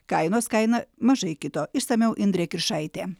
kainos kaina mažai kito išsamiau indrė kiršaitė